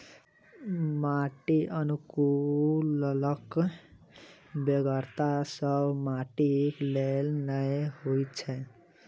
माटि अनुकुलकक बेगरता सभ माटिक लेल नै होइत छै